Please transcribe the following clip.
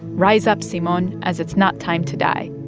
rise up, simon, as it's not time to die.